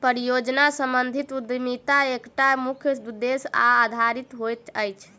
परियोजना सम्बंधित उद्यमिता एकटा मुख्य उदेश्य पर आधारित होइत अछि